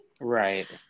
right